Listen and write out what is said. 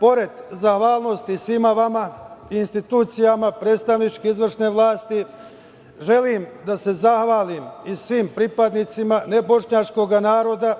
Pored zahvalnosti svima vama, institucijama predstavničke izvršne vlasti, želim da se zahvalim i svim pripadnicima nebošnjačkog naroda,